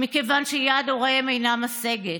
מכיוון שיד הוריהם אינה משגת,